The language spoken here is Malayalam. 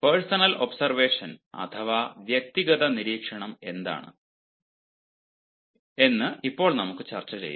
പേഴ്സണൽ ഒബ്സർവേഷൻ അഥവാ വ്യക്തിഗത നിരീക്ഷണം എന്താണ് എന്ന് ഇപ്പോൾ നമുക്ക് ചർച്ച ചെയ്യാം